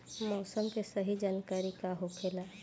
मौसम के सही जानकारी का होखेला?